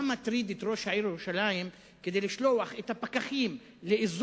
מה מטריד את ראש העיר ירושלים שהוא שולח את הפקחים לאזור